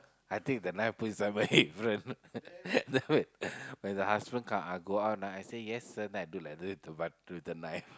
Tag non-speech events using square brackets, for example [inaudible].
I take knife put inside my apron [laughs] then when the husband come go out ah then I say yes sir then I do like that to the with the knife